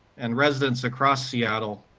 and residence across seattle,